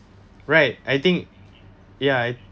right I think ya